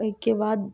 ओइके बाद